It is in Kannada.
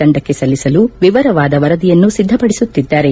ತಂಡಕ್ಕೆ ಸಲ್ಲಿಸಲು ವರವಾದ ವರದಿಯನ್ನು ಸಿದ್ದಪಡಿಸುತ್ತಿದ್ದಾರೆ